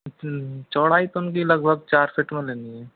चौड़ाई तो उनकी लगभग चार फ़ीट बनेगी